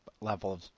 level